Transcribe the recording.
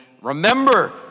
remember